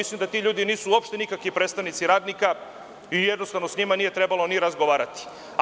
Mislim da ti ljudi nisu uopšte nikakvi predstavnici radnika i jednostavno s njima nije trebalo ni razgovarati.